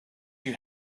you